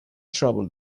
trouble